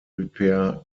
repair